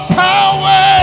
power